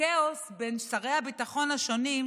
הכאוס בין שרי הביטחון השונים,